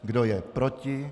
Kdo je proti?